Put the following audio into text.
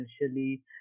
essentially